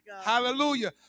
Hallelujah